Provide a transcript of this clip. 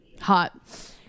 Hot